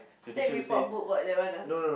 take report book what that one ah